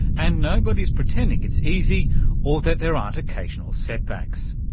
and nobody is pretending it's easy or that there aren't occasional setbacks.